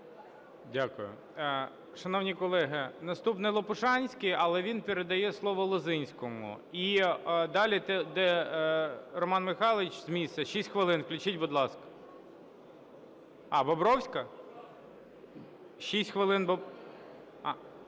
Дякую. Шановні колеги, наступний Лопушанський, але він передає слово Лозинському. І далі Роман Михайлович з місця, 6 хвилин включіть, будь ласка. А, Бобровська. 6 хвилин...